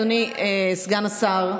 אדוני סגן השר,